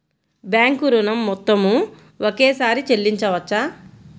Bank ఋణం మొత్తము ఒకేసారి చెల్లించవచ్చా?